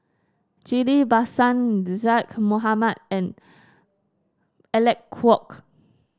Ghillie Basan Zaqy Mohamad and Alec Kuok